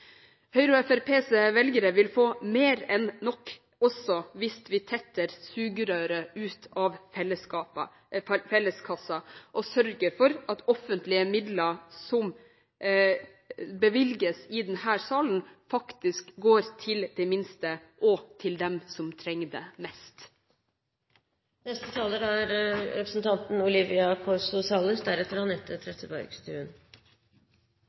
Høyre og Fremskrittspartiets velgere vil få mer enn nok også hvis vi tetter sugerøret ut av felleskassen og sørger for at offentlige midler som bevilges i denne salen, faktisk går til de minste og til dem som trenger det mest. Likestillingen kommer ikke av seg selv. Det vi nå ser, er